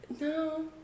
No